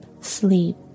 sleep